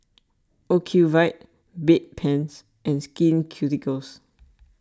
Ocuvite Bedpans and Skin Ceuticals